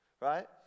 right